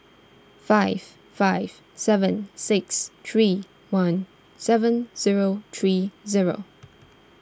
five five seven six three one seven zero three zero